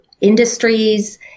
industries